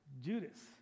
Judas